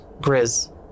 Grizz